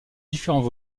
différents